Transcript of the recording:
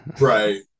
Right